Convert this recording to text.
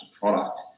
product